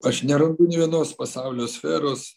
aš nerandu nei vienos pasaulio sferos